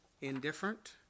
indifferent